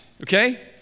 Okay